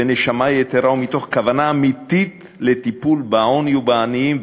בנשמה יתרה ומתוך כוונה אמיתית לטפל בעוני ובעניים,